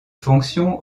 fonctions